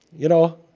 you know,